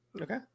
Okay